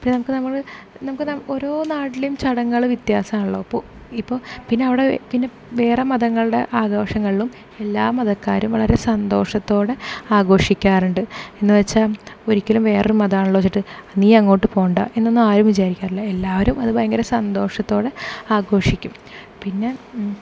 പിന്നെ നമുക്ക് നമ്മൾ നമുക്ക് ഓരോ നാട്ടിലും ചടങ്ങുകൾ വ്യത്യാസം ആണല്ലോ ഇപ്പോൾ പിന്നവിടെ പിന്നെ വേറെ മതങ്ങളുടെ ആഘോഷങ്ങളിലും എല്ലാ മതക്കാരും വളരെ സന്തോഷത്തോടെ ആഘോഷിക്കാറുണ്ട് എന്നു വെച്ചാൽ ഒരിക്കലും വേറെ മതമാണല്ലോ എന്നു വെച്ചിട്ട് നീ അങ്ങോട്ടു പോകണ്ട എന്നൊന്നും ആരും വിചാരിക്കാറില്ല എല്ലാവരും അത് ഭയങ്കര സന്തോഷത്തോടെ ആഘോഷിക്കും പിന്നെ